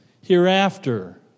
hereafter